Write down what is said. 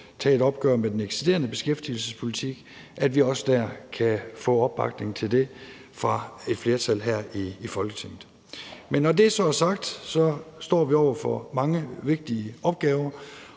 tage et opgør med den eksisterende beskæftigelsespolitik, at vi også dér kan få opbakning til det fra et flertal her i Folketinget. Når det så er sagt, står vi over for mange vigtige opgaver,